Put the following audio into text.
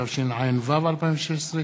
התשע"ו 2016,